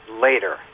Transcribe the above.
later